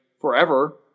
forever